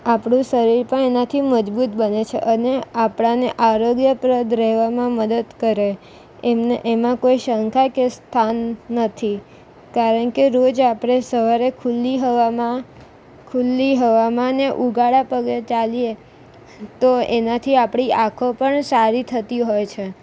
આપણું શરીર પણ એનાથી મજબૂત બને છે અને આપણાને આરોગ્યપ્રદ રહેવામાં મદદ કરે એમાં કોઈ શંકાકીય સ્થાન નથી કારણ કે રોજ આપણે સવારે ખુલ્લી હવામાં ખુલ્લી હવામાંને ઉઘાડા પગે ચાલીએ તો એનાથી આપણી આંખો પણ સારી થતી હોય છે